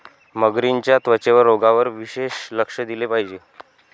मगरींच्या त्वचेच्या रोगांवर विशेष लक्ष दिले पाहिजे